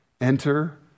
Enter